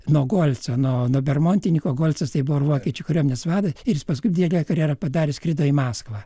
nuo golco nuo bermontininko golcas tai buvo ir vokiečių kariuomenės vadas ir paskui didelę karjerą padaręs skrido į maskvą